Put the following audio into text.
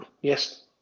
Yes